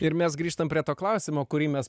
ir mes grįžtam prie to klausimo kurį mes